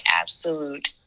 absolute